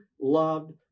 loved